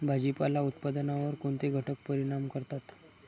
भाजीपाला उत्पादनावर कोणते घटक परिणाम करतात?